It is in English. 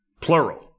plural